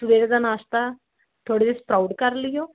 ਸਵੇਰ ਦਾ ਨਾਸ਼ਤਾ ਥੋੜ੍ਹੇ ਜਿਹੇ ਸਪਰਾਊਟ ਕਰ ਲਿਓ